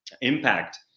impact